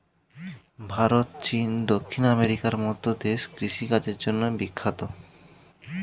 ভারত, চীন, দক্ষিণ আমেরিকার মতো দেশ কৃষি কাজের জন্যে বিখ্যাত